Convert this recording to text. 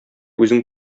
үзең